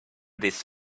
this